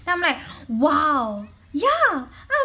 then I'm like !wow! ya